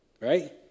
right